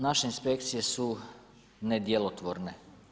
Naše inspekcije su nedjelotvorne.